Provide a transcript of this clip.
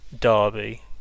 Derby